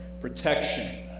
protection